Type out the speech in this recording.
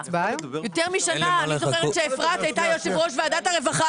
אני זוכרת שאפרת הייתה יושבת ראש ועדת הרווחה